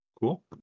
Cool